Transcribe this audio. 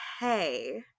hey